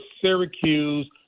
Syracuse